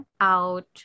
out